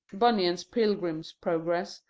bunyan's pilgrim's progress,